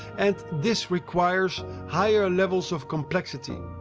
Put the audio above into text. and this requires higher levels of complexity.